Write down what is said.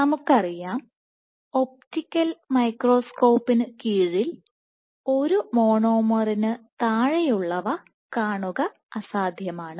നമുക്കറിയാം ഒപ്റ്റിക്കൽ മൈക്രോസ്കോപ്പിന് കീഴിൽ ഒരു മോണോമറിന് താഴെയുള്ളവ കാണുക അസാധ്യമാണ്